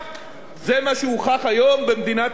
וזה מה שהוכח היום במדינת ישראל.